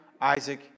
Isaac